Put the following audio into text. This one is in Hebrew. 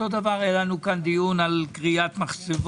אותו דבר היה לנו כאן דיון על כרית מחצבות